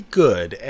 good